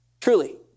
truly